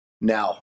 Now